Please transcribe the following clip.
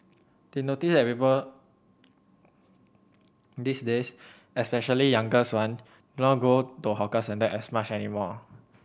they notice that people these days especially younger one not go to hawker centres as much anymore